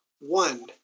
one